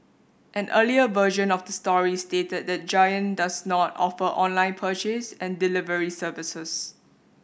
an earlier version of the story stated that Giant does not offer online purchase and delivery services